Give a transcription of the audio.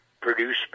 produce